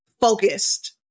focused